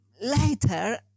later